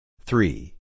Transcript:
Three